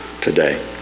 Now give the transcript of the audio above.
today